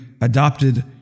adopted